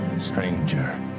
stranger